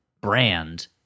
Brand